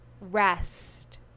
Rest